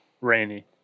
Rainy